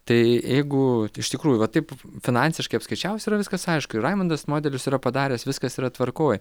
tai jeigu iš tikrųjų va taip finansiškai apskaičiavus yra viskas aišku ir raimundas modelius yra padaręs viskas yra tvarkoj